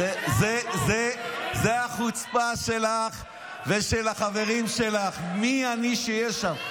זו החוצפה שלך ושל החברים שלך, מי אני שאהיה שם.